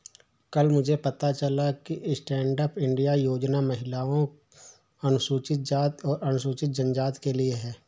कल मुझे पता चला कि स्टैंडअप इंडिया योजना महिलाओं, अनुसूचित जाति और अनुसूचित जनजाति के लिए है